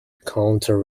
counter